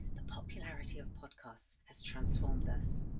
the popularity of podcasts has transformed this.